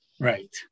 right